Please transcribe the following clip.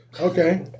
Okay